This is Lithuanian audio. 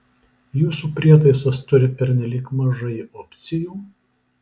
jūsų prietaisas turi pernelyg mažai opcijų